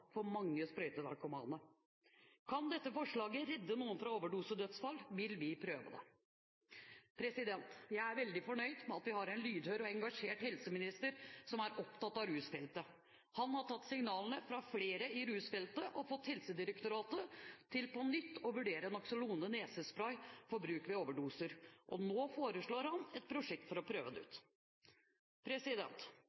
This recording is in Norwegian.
for mange sprøytenarkomane. Kan dette forslaget redde noen fra overdosedødsfall, vil vi prøve det. Jeg er veldig fornøyd med at vi har en lydhør og engasjert helseminister som er opptatt av rusfeltet. Han har tatt signalene fra flere i rusfeltet og fått Helsedirektoratet til på nytt å vurdere Naloxon nesespray for bruk ved overdoser, og nå foreslår han et prosjekt for å prøve det ut.